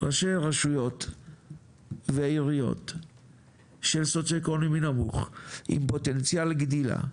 ראשי רשויות ועיריות של סוציואקונומי נמוך עם פוטנציאל גדילה,